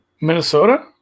Minnesota